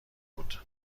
بود